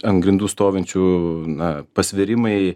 ant grindų stovinčių na pasvirimai